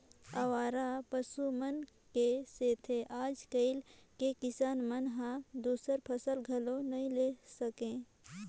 अवारा पसु मन के सेंथा आज कायल के किसान मन हर दूसर फसल घलो नई ले सके